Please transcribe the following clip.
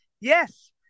yes